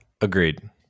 agreed